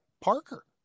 Parker